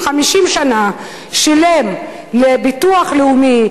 50 שנה שילם לביטוח לאומי,